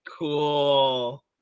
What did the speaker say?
Cool